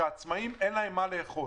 כשלעצמאים אין מה לאכול,